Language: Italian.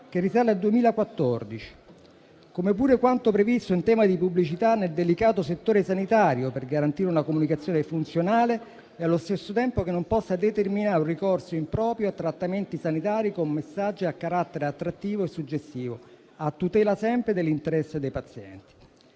che risale al 2014. Ricordo pure quanto previsto in tema di pubblicità nel delicato settore sanitario, per garantire una comunicazione funzionale e allo stesso tempo che non possa determinare un ricorso improprio a trattamenti sanitari con messaggi a carattere attrattivo e suggestivo. Questo sempre a tutela sempre dell'interesse dei pazienti.